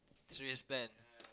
straightaway spend